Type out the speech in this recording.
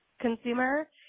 consumer